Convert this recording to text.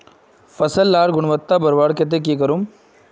फसल लार गुणवत्ता बढ़वार केते की करूम?